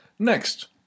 Next